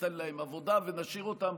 ניתן להם עבודה ונשאיר אותם.